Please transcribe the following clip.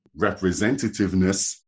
representativeness